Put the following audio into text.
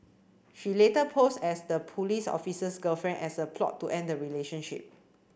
she later posed as the police officer's girlfriend as a plot to end the relationship